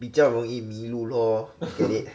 比较容易迷路 lor get it